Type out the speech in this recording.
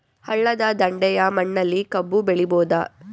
ಹಳ್ಳದ ದಂಡೆಯ ಮಣ್ಣಲ್ಲಿ ಕಬ್ಬು ಬೆಳಿಬೋದ?